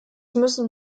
müssen